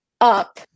up